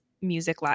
music